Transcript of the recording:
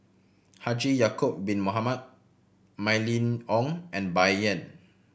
Haji Ya'acob Bin Mohamed Mylene Ong and Bai Yan